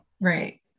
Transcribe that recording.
Right